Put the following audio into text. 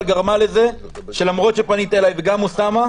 גרמה לזה שלמרות שפנית אלי וגם אוסאמה,